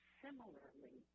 similarly